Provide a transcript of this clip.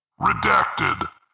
redacted